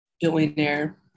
billionaire